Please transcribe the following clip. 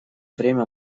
время